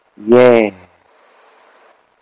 Yes